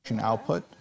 output